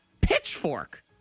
pitchfork